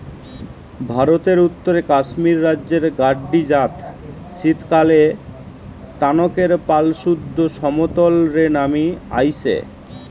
ভারতের উত্তরে কাশ্মীর রাজ্যের গাদ্দি জাত শীতকালএ তানকের পাল সুদ্ধ সমতল রে নামি আইসে